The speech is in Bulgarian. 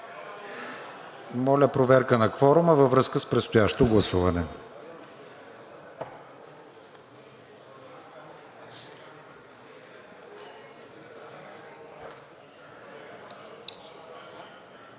Моля, проверка на кворума във връзка с предстоящото гласуване.